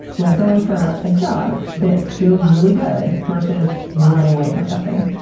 like going for a jog that feels really good versus running away from something.